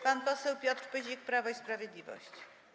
Pan poseł Piotr Pyzik, Prawo i Sprawiedliwość.